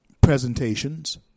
presentations